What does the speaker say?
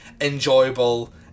enjoyable